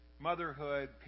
motherhood